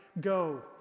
go